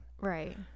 Right